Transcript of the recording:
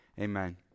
Amen